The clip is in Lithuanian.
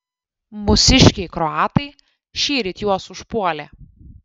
mūsiškiai kroatai šįryt juos užpuolė